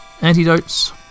antidotes